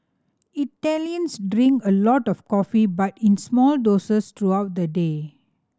Italians drink a lot of coffee but in small doses throughout the day